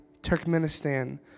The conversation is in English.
Turkmenistan